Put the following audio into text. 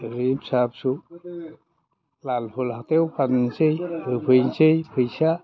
ओरैनो फिसा फिसौ लालफुल हाथाइयाव फाननोसै होफैनोसै फैसा